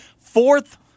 Fourth